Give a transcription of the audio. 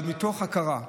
אבל מתוך הכרה,